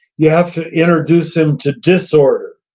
you have to introduce him to disorder.